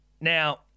Now